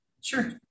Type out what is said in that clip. Sure